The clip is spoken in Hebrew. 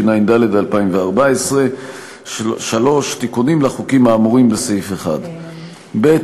3. תיקונים לחוקים האמורים בסעיף 1. ב.